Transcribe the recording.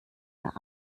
der